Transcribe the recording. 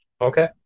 Okay